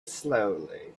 slowly